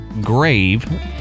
grave